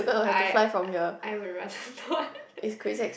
I I would rather not